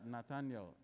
Nathaniel